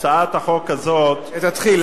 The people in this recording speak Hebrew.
הצעת החוק הזאת, תתחיל.